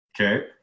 Okay